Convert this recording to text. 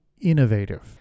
innovative